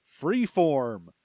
freeform